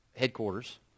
headquarters